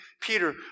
Peter